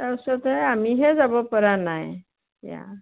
তাৰপিছতে আমিহে যাবপৰা নাই এতিয়া